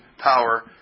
power